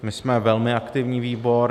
My jsme velmi aktivní výbor.